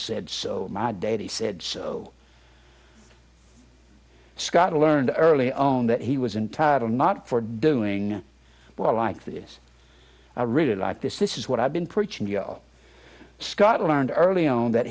said so my daddy said so scott learned early own that he was entitle not for doing well like this a riddle like this this is what i've been preaching go scott learned early on that